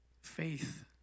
faith